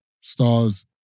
stars